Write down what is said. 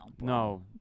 No